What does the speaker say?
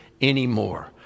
anymore